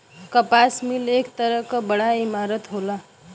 कपास मिल एक तरह क बड़ा इमारत होला